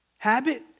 Habit